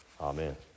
Amen